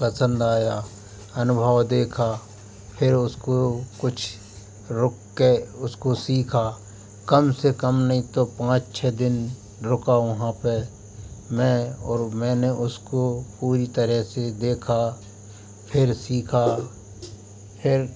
पसंद आया अनुभाव देखा फिर उसको कुछ रुककर उसको सीखा कम से कम नहीं तो पाँच छः दिन रुका वहाँ पर मैं और मैंने उसको पूरी तरह से देखा फिर सीखा फिर